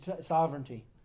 sovereignty